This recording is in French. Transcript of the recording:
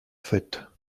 faites